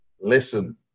Listen